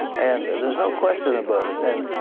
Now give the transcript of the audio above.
and there's no question about it. and